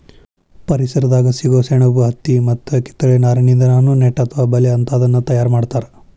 ಪರಿಸರದಾಗ ಸಿಗೋ ಸೆಣಬು ಹತ್ತಿ ಮತ್ತ ಕಿತ್ತಳೆ ನಾರಿನಿಂದಾನು ನೆಟ್ ಅತ್ವ ಬಲೇ ಅಂತಾದನ್ನ ತಯಾರ್ ಮಾಡ್ತಾರ